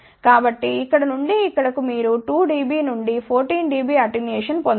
కాబట్టి ఇక్కడ నుండి ఇక్కడకు మీరు 2 dB నుండి 14 dB అటెన్యుయేషన్ పొందవచ్చు